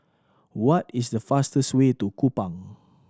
what is the fastest way to Kupang